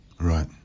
Right